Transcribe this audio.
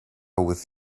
with